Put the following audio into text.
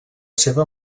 seva